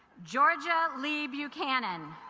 georgia lee buchanan